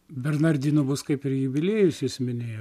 bernardinų bus kaip ir jubiliejus minėjome